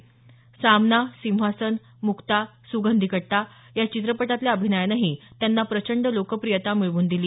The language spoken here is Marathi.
सामना सिंहासन मुक्ता सुगंधी कट्टा या चित्रपटातल्या अभिनयानंही त्यांना प्रचंड लोकप्रियता मिळवून दिली